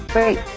Great